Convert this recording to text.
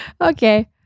Okay